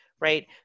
Right